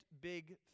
big